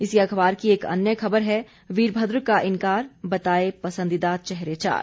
इसी अखबार की एक अन्य खबर है वीरभद्र का इन्कार बताए पसंदीदा चेहरे चार